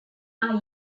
are